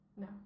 No